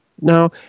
Now